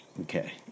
Okay